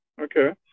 okay